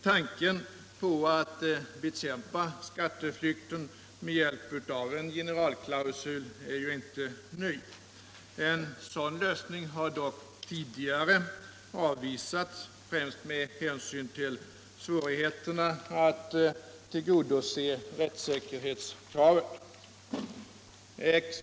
Tanken på att bekämpa skatteflykten med hjälp av en generalklausul är inte ny. En sådan lösning har dock tidigare avvisats främst med hänsyn till svårigheterna att tillgodose rättssäkerhetskravet.